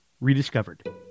Rediscovered